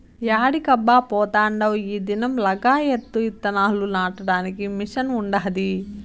యాడికబ్బా పోతాండావ్ ఈ దినం లగాయత్తు ఇత్తనాలు నాటడానికి మిషన్ ఉండాది